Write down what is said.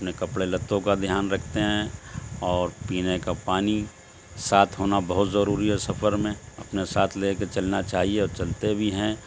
اپنے کپڑے لتوں کا دھیان رکھتے ہیں اور پینے کا پانی ساتھ ہونا بہت ضروری ہے سفر میں اپنے ساتھ لے کے چلنا چاہیے اور چلتے بھی ہیں